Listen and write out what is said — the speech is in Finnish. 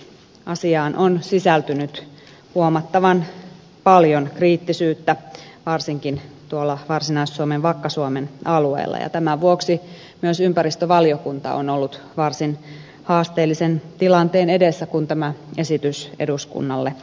asiaan on sisältynyt huomattavan paljon kriittisyyttä varsinkin tuolla varsinais suomen vakka suomen alueella ja tämän vuoksi myös ympäristövaliokunta on ollut varsin haasteellisen tilanteen edessä kun tämä esitys eduskunnalle annettiin